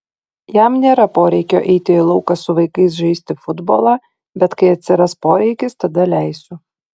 jam nėra poreikio eiti į lauką su vaikais žaisti futbolą bet kai atsiras poreikis tada leisiu